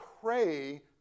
pray